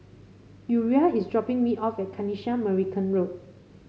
Uriah is dropping me off at Kanisha Marican Road